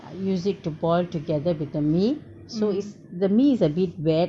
I use it to boil together with the mee so it's the mee is a bit wet